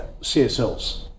CSLs